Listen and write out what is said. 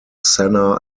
senna